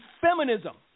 feminism